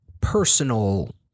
personal